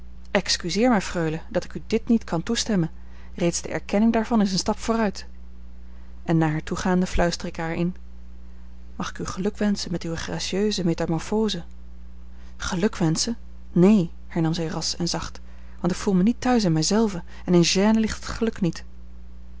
excuseer mij freule dat ik u dit niet kan toestemmen reeds de erkenning daarvan is een stap vooruit en naar haar toegaande fluisterde ik haar in mag ik u gelukwenschen met uwe gracieuse metamorphose gelukwenschen neen hernam zij ras en zacht want ik voel mij niet thuis in mij zelve en in gêne ligt het geluk niet